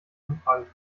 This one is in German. umfragen